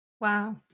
wow